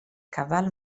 caval